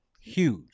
Huge